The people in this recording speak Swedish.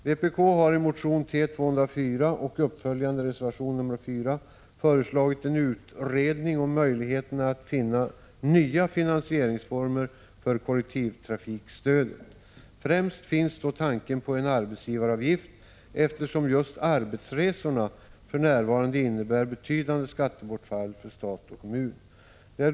Vpk har i motion T204 och uppföljande reservation nr 4 föreslagit en utredning av möjligheterna att finna nya finansieringsformer för kollektivtrafikstödet. Främst finns då tanken på en arbetsgivaravgift, eftersom just arbetsresorna för närvarande innebär betydande skattebortfall för stat och kommun.